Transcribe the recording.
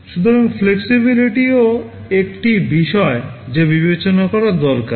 সুতরাং flexibility ও একটি বিষয় যা বিবেচনা করা দরকার